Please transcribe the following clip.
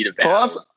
plus